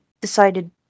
decided